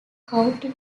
county